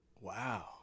Wow